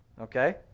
okay